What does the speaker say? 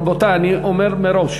רבותי, אני אומר מראש,